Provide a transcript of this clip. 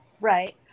right